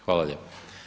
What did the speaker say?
Hvala lijepa.